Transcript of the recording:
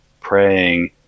praying